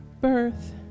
birth